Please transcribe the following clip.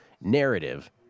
narrative